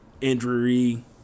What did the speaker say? injury